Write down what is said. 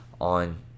on